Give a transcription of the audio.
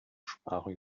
sprachen